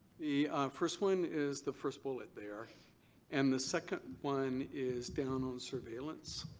the first one is the first bullet there and the second one is down on surveillance.